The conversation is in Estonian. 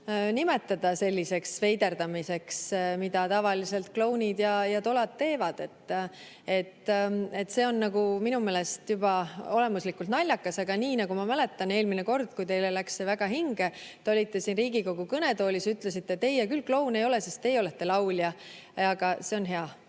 nimetada selliseks veiderdamiseks, mida tavaliselt klounid ja tolad teevad. See on minu meelest juba olemuslikult naljakas. Aga nagu ma mäletan, eelmine kord, kui teile see väga hinge läks, te olite siin Riigikogu kõnetoolis ja ütlesite, et teie küll kloun ei ole, sest teie olete laulja. Aga see on hea.